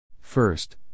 First